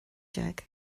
déag